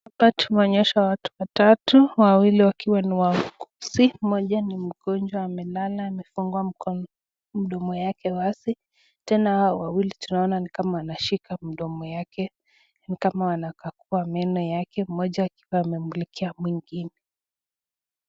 Hapa tumeonyesha watu watatu wawili wakiwa ni wauguzi mmoja ni mgonjwa amelala amefungua mdomo wake wazi. Tena hao wawili tunaona ni kama wanashika mdomo wake ni kama wanaka kakuwa meno yake mmoja akiwa amemulikie mwingine.